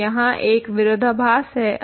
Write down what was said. तो यहाँ एक विरोधाभास है